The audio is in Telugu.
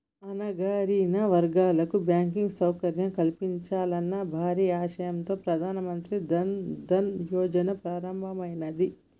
అణగారిన వర్గాలకు బ్యాంకింగ్ సౌకర్యం కల్పించాలన్న భారీ ఆశయంతో ప్రధాన మంత్రి జన్ ధన్ యోజన ప్రారంభమైనాది